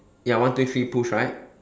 ya one two three push right